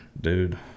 Dude